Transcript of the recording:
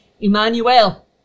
Emmanuel